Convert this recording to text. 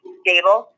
stable